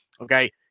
okay